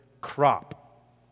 crop